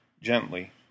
gently